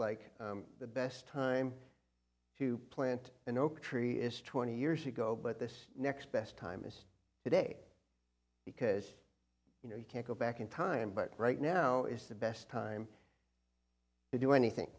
like the best time to plant an oak tree is twenty years ago but this next best time is today because you know you can't go back in time but right now it's the best time to do anything